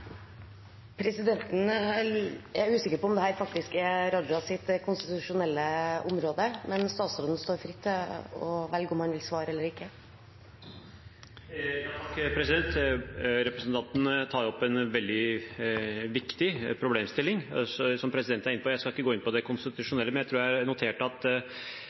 Presidenten er usikker på om dette faktisk er statsråd Rajas konstitusjonelle område, men statsråden står fritt til å velge om han vil svare eller ikke. Representanten tar opp en veldig viktig problemstilling. Som presidenten er inne på, skal jeg ikke gå inn på det konstitusjonelle. Men jeg har notert meg at statsråd Ropstad har sagt at